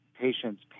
patients